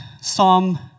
Psalm